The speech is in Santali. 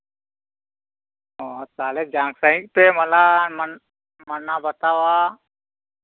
ᱚ ᱛᱟᱦᱚᱞᱮ ᱡᱟᱠ ᱥᱟᱹᱦᱤᱪ ᱯᱮ ᱢᱟᱱᱟᱣ ᱢᱟᱱᱟᱣ ᱵᱟᱛᱟᱣᱟ